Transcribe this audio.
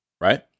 right